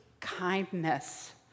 kindness